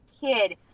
kid